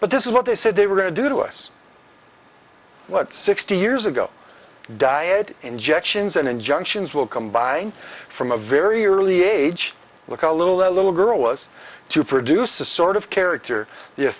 but this is what they said they were going to do to us what sixty years ago diet injections and injunctions will combine from a very early age look a little the little girl was to produce a sort of character y